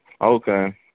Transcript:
Okay